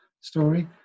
story